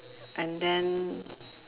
and then